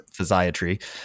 physiatry